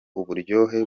uburyohe